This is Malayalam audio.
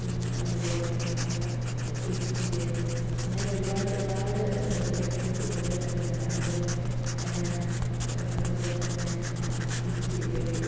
പിന്നേ അതുപോലെ കെറ്റിൽ അങ്ങനെ ഒരുപാട് ഒരുപാട് ഇലക്ട്രിക് ഉപകരണങ്ങളുണ്ട് അതുപോലെ അതുപോലെത്തന്നെ ഇസ്തിരിപ്പെട്ടി